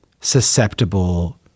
susceptible